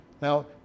Now